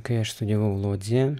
kai aš studijavau lodzėje